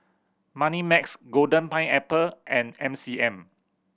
Moneymax Golden Pineapple and M C M